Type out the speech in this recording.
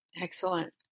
Excellent